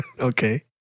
Okay